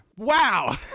Wow